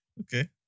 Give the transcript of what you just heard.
Okay